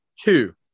Two